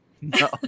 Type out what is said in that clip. No